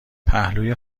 پهلوی